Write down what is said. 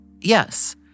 Yes